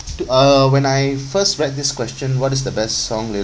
t~ uh when I first read this question what is the best song you